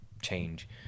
change